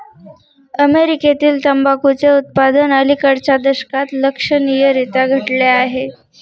अमेरीकेतील तंबाखूचे उत्पादन अलिकडच्या दशकात लक्षणीयरीत्या घटले आहे